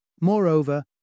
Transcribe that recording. Moreover